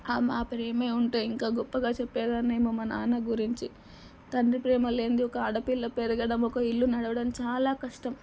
ఆ మ ప్రేమే ఉంటే ఇంకా గొప్పగా చెప్పేదాన్నేమో మా నాన్న గురించి తండ్రి ప్రేమ లేనిది ఒక ఆడపిల్ల పెరగడం ఒక ఇల్లు నడవడం చాలా కష్టం